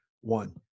One